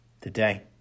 today